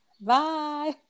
Bye